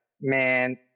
man